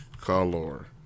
color